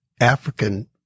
African